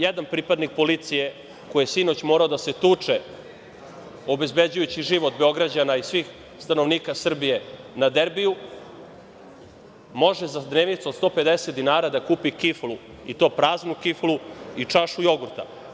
Jedan pripadnik policije koji je sinoć morao da se tuče, obezbeđujući život Beograđana i svih stanovnika Srbije na derbiju, može za dnevnicu od 150 dinara da kupi kiflu, i to praznu kiflu i čašu jogurta.